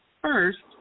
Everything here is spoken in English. first